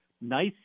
nice